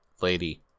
Lady